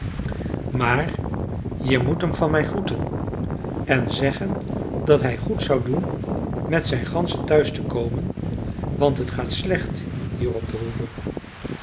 maar je moet hem van mij groeten en zeggen dat hij goed zou doen met zijn ganzen thuis te komen want het gaat slecht hier op de hoeve